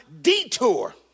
detour